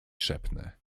szepnę